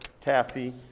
Taffy